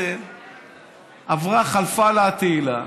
שעברה חלפה לה התהילה,